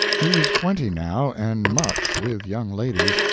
he was twenty now, and much with young ladies,